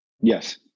Yes